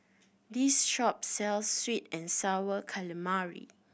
this shop sells sweet and Sour Calamari